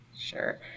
Sure